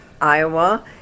Iowa